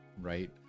right